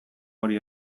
hori